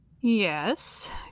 Yes